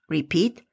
Repeat